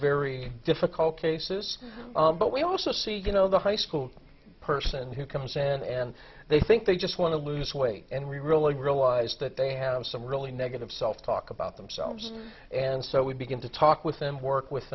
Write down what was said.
very difficult cases but we also see you know the high school person who comes in and they think they just want to lose weight and we really realize that they have some really negative self talk about themselves and so we begin to talk with them work with